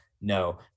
No